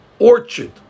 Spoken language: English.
Orchard